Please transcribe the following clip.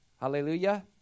Hallelujah